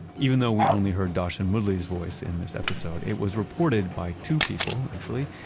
even though we only heard dhashen moodley's voice in this episode, it was reported by two people actually.